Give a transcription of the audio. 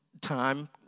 time